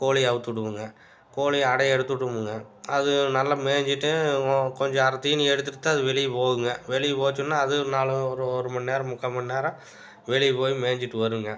கோழியை அவுழ்த்துவுடுவோங்க கோழி அடைய எடுத்துகிட்ருவோமுங்க அது நல்லா மேஞ்சிட்டு கொஞ்சம் அரை தீனி எடுத்துகிட்டு தான் அது வெளியே போகுங்க வெளியே போச்சுன்னால் அது ஒரு நாலு ஒரு ஒருமணி நேரம் முக்காமணி நேரம் வெளியே போய் மேஞ்சிட்டு வருங்க